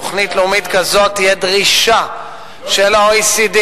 תוכנית לאומית כזאת תהיה דרישה של ה-OECD,